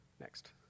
Next